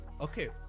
okay